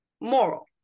moral